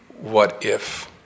what-if